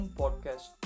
podcast